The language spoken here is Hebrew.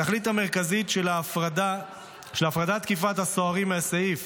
התכלית המרכזית של הפרדת תקיפת הסוהרים מהסעיף